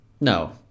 no